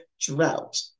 drought